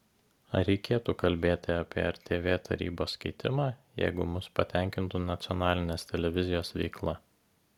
ar reikėtų kalbėti apie rtv tarybos keitimą jeigu mus patenkintų nacionalinės televizijos veikla